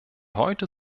heute